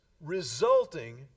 resulting